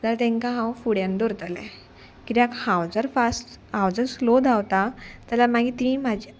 जाल्या तेंकां हांव फुड्यान दवरतलें किद्याक हांव जर फास्ट हांव जर स्लो धांवता जाल्यार मागीर ती म्हाजी